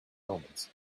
moments